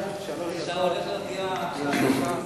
שאנחנו צריכם לדאוג שהסביבה תהיה נקייה,